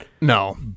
No